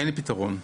אין פתרון לזה.